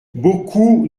beaucoup